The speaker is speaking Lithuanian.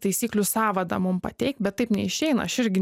taisyklių sąvadą mum pateik bet taip neišeina aš irgi